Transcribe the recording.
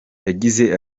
yagize